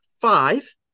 five